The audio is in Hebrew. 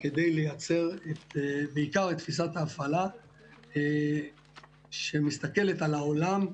כדי לייצר בעיקר את תפיסת ההפעלה שמסתכלת על העולם,